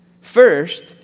First